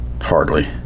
Hardly